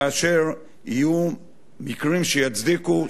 כאשר יהיו מקרים שיצדיקו,